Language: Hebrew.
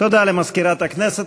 תודה למזכירת הכנסת.